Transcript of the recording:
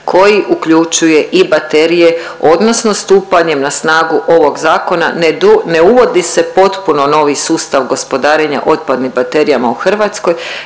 koji uključuje i baterije odnosno stupanjem na snagu ovog zakona ne uvodi se potpuno novi sustav gospodarenja otpadnim baterijama u Hrvatskoj